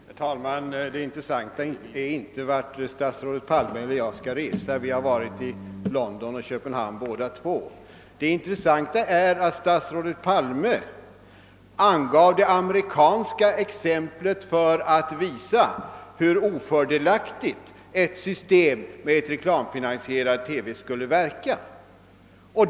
Herr talman! Det intressanta är inte vart statsrådet Palme och jag skall resa. Vi har båda varit i London och Köpenhamn. Det intressanta är att statsrådet Palme angav det amerikanska exemplet för att visa hur ofördelaktigt ett system med reklamfinansierad TV skulle verka.